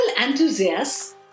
enthusiasts